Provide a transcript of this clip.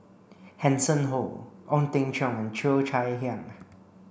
Hanson Ho Ong Teng Cheong and Cheo Chai Hiang